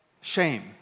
shame